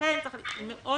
לכן צריך בזהירות